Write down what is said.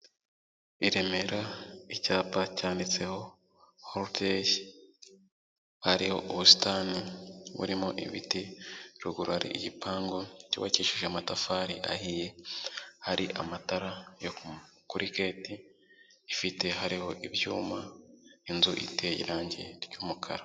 I Remera icyapa cyanditseho hoteri, hariho ubusitani burimo ibiti, ruguru hari igipangu cyubakishije amatafari ahiye, hari amatara yo kuri gate ifite hariho ibyuma, inzu iteye irange ry'umukara.